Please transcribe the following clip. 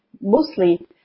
Mostly